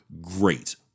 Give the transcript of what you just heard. great